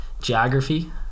geography